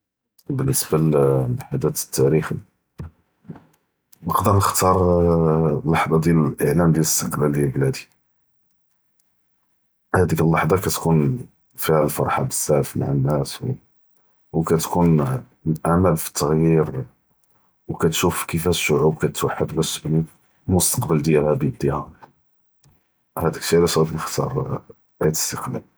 באלניסבה ללחדת אלתאריחי נקדר נכ’תאר אללחטה דיאל לאיעלאן דיאל אלאסתיקלאל דיאל בלאדי، האדיק אללחטה כתכון פיהא אלפרחה בזאף מעא אנאס ו כתכון לאמאל פלתע’ייר ו כתשוף כיפאש אלשעוב כתתוח’ד באש תבני אלמסתקבל דיאלהא בידהא האדאכ אלשי עלאש ראדי נכ’תאר.